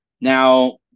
Now